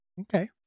Okay